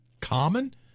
common